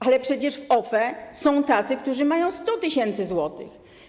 Ale przecież w OFE są tacy, którzy mają 100 tys. zł.